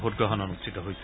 ভোটগ্ৰহণ অনুষ্ঠিত হৈছে